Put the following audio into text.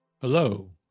Hello